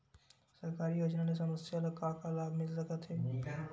सरकारी योजना ले समस्या ल का का लाभ मिल सकते?